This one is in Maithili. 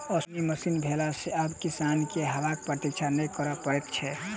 ओसौनी मशीन भेला सॅ आब किसान के हवाक प्रतिक्षा नै करय पड़ैत छै